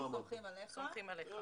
אנחנו סומכים עליך,